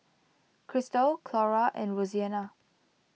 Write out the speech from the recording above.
Christal Clora and Roseanna